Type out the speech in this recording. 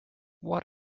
what